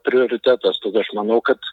prioritetas tad aš manau kad